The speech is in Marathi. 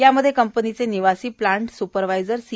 त्यामध्ये कंपनीचे निवासी प्लांट स्परवायझर सी